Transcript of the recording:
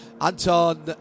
Anton